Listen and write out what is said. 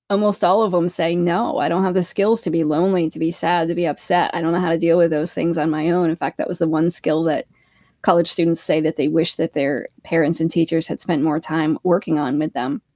almost all of them um say no, i don't have the skills to be lonely, to be sad, to be upset. i don't know how to deal with those things on my own. in fact, that was the one skill that college students say that they wish that their parents and teachers had spent more time working on with them